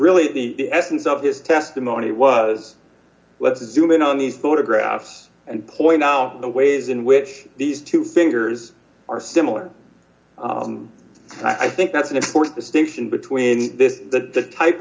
really the essence of his testimony was let's zoom in on these photographs and point out the ways in which these two fingers are similar and i think that's an important distinction between this the t